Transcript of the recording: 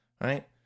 Right